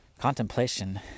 Contemplation